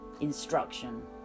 instruction